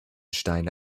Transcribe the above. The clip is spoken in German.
steine